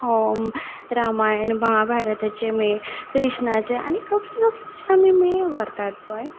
रामायण महाभारताचे बी कृष्णाचे आनी कसले कसले शे आमी मेळ व्हरतात पळय